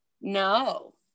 No